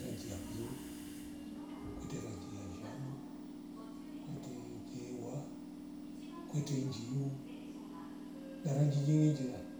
Renjia ya blu, kwete rangi ya njano, kwete kiewa, kwete injiu na rangi jingi jira